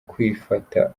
kwifata